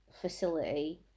facility